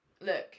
Look